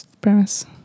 premise